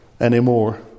anymore